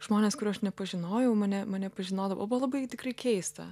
žmonės kurių aš nepažinojau mane mane pažinodavo buvo labai tikrai keista